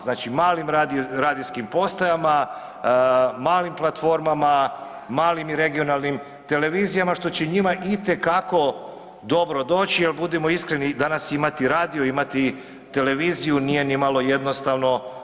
Znači malim radijskim postajama, malim platformama, malim i regionalnim televizijama što će njima itekako dobro doći jer budimo iskreni danas imati radio, imati televiziju nije ni malo jednostavno.